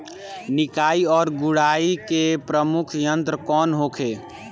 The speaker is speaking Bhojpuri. निकाई और गुड़ाई के प्रमुख यंत्र कौन होखे?